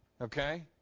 Okay